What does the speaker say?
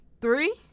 Three